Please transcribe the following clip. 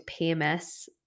PMS